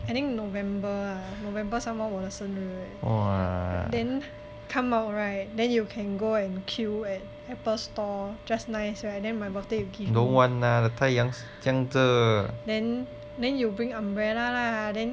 I think november ah november some more 我的生日 leh then come out right then you can go and queue at Apple store just nice right then my birthday you give me then then you bring umbrella lah